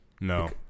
No